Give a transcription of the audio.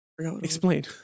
Explain